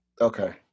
okay